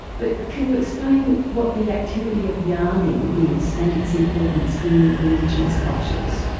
but can you explain what the activity of yarning is and it's important in indigenous cultures?